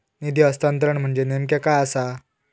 निधी हस्तांतरण म्हणजे नेमक्या काय आसा?